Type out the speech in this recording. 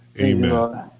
Amen